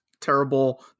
terrible